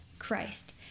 Christ